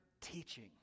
teaching